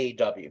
AW